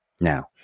Now